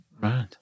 Right